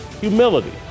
humility